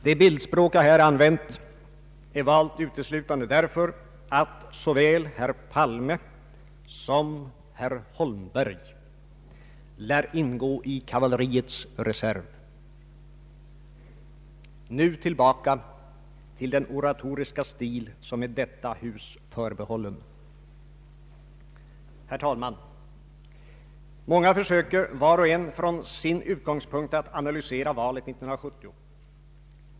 Det bildspråk jag här använt är valt uteslutande därför att såväl herr Palme som herr Holmberg lär ingå i kavalleriets reserv. Nu tillbaka till den oratoriska stil som är detta hus förbehållen. Herr talman! Många försöker var och en från sin utgångspunkt att analysera valet 1970.